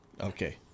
Okay